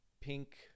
Pink